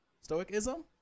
stoicism